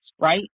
right